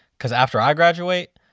cause after i graduate,